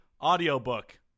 audiobook